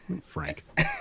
Frank